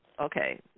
okay